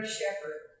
shepherd